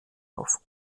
auf